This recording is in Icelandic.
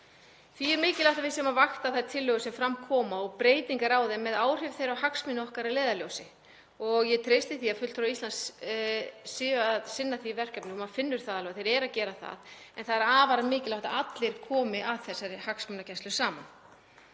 Því er mikilvægt að við séum að vakta þær tillögur sem fram koma og breytingar á þeim með áhrif þeirra á hagsmuni okkar að leiðarljósi og ég treysti því að fulltrúar Íslands séu að sinna því verkefni og maður finnur það alveg að þeir eru að gera það. En það er afar mikilvægt að allir komi að þessari hagsmunagæslu saman.